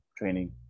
training